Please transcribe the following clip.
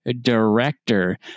Director